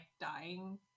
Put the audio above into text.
dying